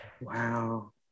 Wow